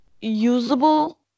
usable